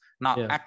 Now